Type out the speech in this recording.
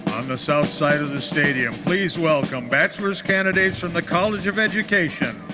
the south side of the stadium, please welcome bachelor's candidates from the college of education,